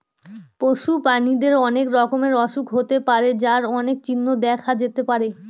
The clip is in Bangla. পশু প্রাণীদের অনেক রকমের অসুখ হতে পারে যার অনেক চিহ্ন দেখা যেতে পারে